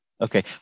Okay